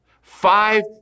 Five